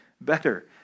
better